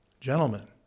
gentlemen